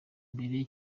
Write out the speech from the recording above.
mbere